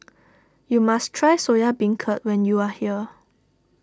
you must try Soya Beancurd when you are here